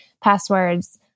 passwords